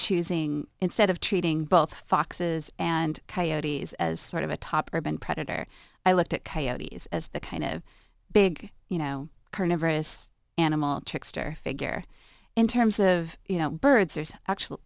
choosing instead of treating both foxes and coyote's as sort of a top urban predator i looked at coyote's as the kind of big you know carnivorous animal trickster figure in terms of you know birds there's actual